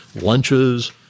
lunches